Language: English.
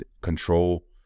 control